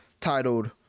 titled